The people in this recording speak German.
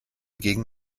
gegen